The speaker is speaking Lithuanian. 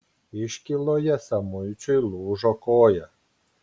iškyloje samuičiui lūžo koja